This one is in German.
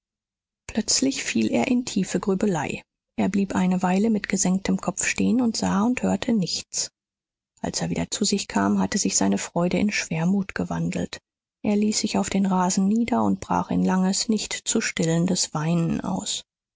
plötzlich fiel er in tiefe grübelei er blieb eine weile mit gesenktem kopf stehen und sah und hörte nichts als er wieder zu sich kam hatte sich seine freude in schwermut verwandelt er ließ sich auf den rasen nieder und brach in langes nicht zu stillendes weinen aus